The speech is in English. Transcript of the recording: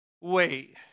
Wait